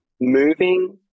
moving